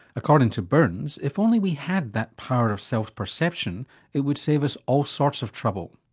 according to burns, if only we had that power of self perception it would save us all sorts of trouble.